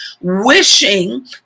wishing